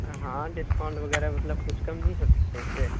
ہاں ڈسکاؤنٹ وغیرہ مطلب کچھ کم نہیں ہو سکتے ہیں اس سے